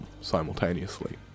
simultaneously